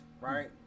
right